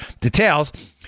details